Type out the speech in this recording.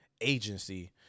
agency